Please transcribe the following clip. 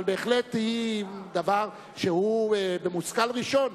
אבל בהחלט היא דבר שהוא במושכל ראשון,